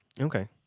okay